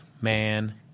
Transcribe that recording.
Man